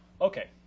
Okay